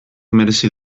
merezi